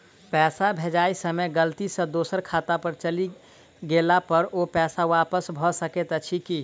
पैसा भेजय समय गलती सँ दोसर खाता पर चलि गेला पर ओ पैसा वापस भऽ सकैत अछि की?